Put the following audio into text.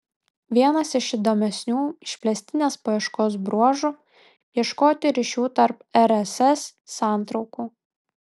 vienas iš įdomesnių išplėstinės paieškos bruožų ieškoti ryšių tarp rss santraukų